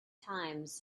times